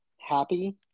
happy